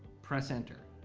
press enter,